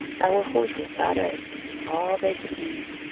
our horses got oats, all they could eat.